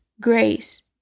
grace